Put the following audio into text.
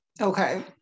Okay